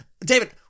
David